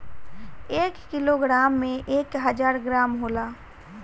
एक किलोग्राम में एक हजार ग्राम होला